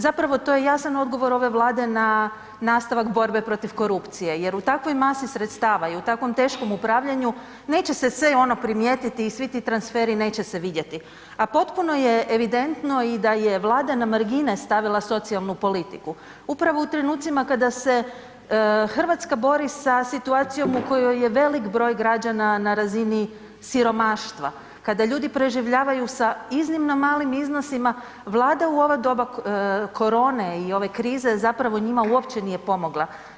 Zapravo to je jasan odgovor ove Vlade na nastavak borbe protiv korupcije jer u takvoj masi sredstava i u takvom teškom upravljanju, neće se sve ono primijetiti i svi ti transferi neće se vidjeti a potpuno je evidentno i da je Vlada na margine stavila socijalnu politiku upravo u trenucima kada se Hrvatska bori sa situacijom u kojoj je velik broj građana na razini siromaštva, kada ljudi preživljavaju sa iznimno malim iznosima, Vlada u ovo doba korone i ove krize zapravo njima uopće nije pomogla.